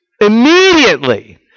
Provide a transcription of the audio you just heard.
Immediately